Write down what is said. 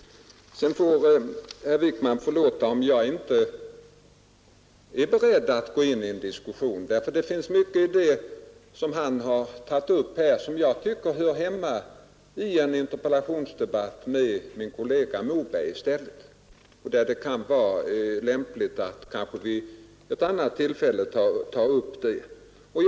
Herr Wijkman får förlåta mig om jag inte är beredd att gå in i en längre diskussion med honom. Mycket av det han tagit upp anser jag i stället höra hemma i en interpellationsdebatt med min kollega Moberg, och det kan kanske vara lämpligt att vid ett annat tillfälle diskutera dessa saker.